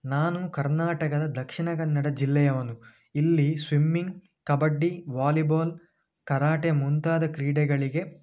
ನಾನು ಕರ್ನಾಟಕದ ದಕ್ಷಿಣ ಕನ್ನಡ ಜಿಲ್ಲೆಯವನು ಇಲ್ಲಿ ಸ್ವಿಮ್ಮಿಂಗ್ ಕಬಡ್ಡಿ ವಾಲಿಬಾಲ್ ಕರಾಟೆ ಮುಂತಾದ ಕ್ರೀಡೆಗಳಿಗೆ